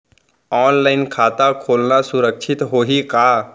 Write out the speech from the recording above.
Online खाता खोलना सुरक्षित होही का?